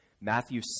Matthew